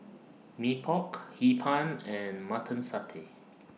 Mee Pok Hee Pan and Mutton Satay